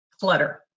Clutter